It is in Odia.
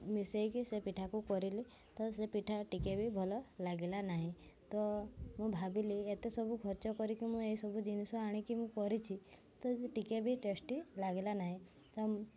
ମିଶାଇକି ସେ ପିଠାକୁ କରିଲି ତ ସେ ପିଠା ଟିକେ ବି ଭଲ ଲାଗିଲା ନାହିଁ ତ ମୁଁ ଭାବିଲି ଏତେ ସବୁ ଖର୍ଚ୍ଚ କରିକି ମୁଁ ଏଇସବୁ ଜିନିଷ ଆଣିକି ମୁଁ କରିଛି ତ ଟିକେ ବି ଟେଷ୍ଟି ଲାଗିଲା ନାହିଁ ତ